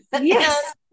Yes